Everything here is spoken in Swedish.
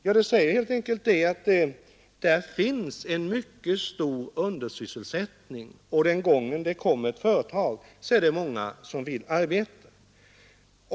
Jo, det säger helt enkelt att det finns en mycket stor undersysselsättning, och när det kommer ett nytt företag visar det sig att det är många som vill ha arbete.